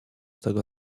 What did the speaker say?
tego